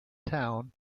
town